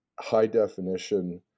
high-definition